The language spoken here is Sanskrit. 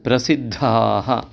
प्रसिद्धाः